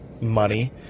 money